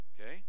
Okay